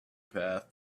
path